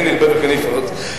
כן ירבה וכן יפרוץ.